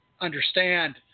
understand